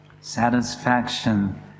Satisfaction